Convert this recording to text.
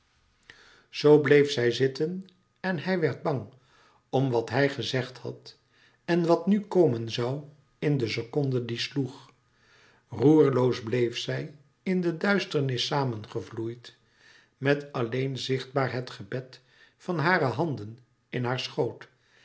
zoo bleef zij zitten en hij werd bang om wat hij gezegd had en wat nu komen zoû in de seconde die sloeg roerloos bleef zij in de duisternis samengevloeid met alleen zichtbaar het gebed van hare handen in haar schoot